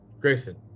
Grayson